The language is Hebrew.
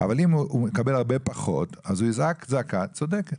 אבל אם הם מקבלים הרבה פחות הוא ייזעק זעקה צודקת.